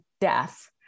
death